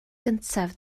gyntaf